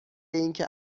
اینکه